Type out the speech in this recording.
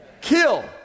Kill